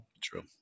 True